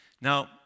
Now